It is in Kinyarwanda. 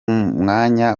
mwanya